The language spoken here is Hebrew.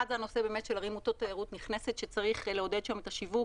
אחד זה הנושא של ערים מוטות תיירות נכנסת שצריך לעודד שם את השיווק.